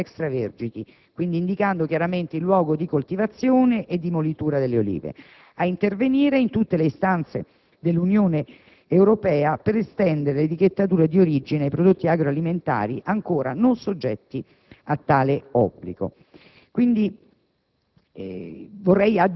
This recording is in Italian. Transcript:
nell'etichettatura degli oli di oliva vergini ed extravergini del luogo di coltivazione e di molitura delle olive» - nonché - «ad intervenire in tutte le istanze dell'Unione Europea per estendere l'etichettatura di origine ai prodotti agroalimentari ancora non soggetti a tale obbligo».